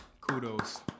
kudos